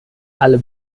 alle